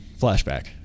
flashback